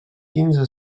quinze